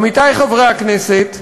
עמיתי חברי הכנסת,